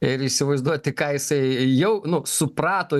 ir įsivaizduoti ką jisai jau nu suprato